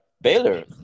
Baylor